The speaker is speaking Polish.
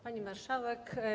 Pani Marszałek!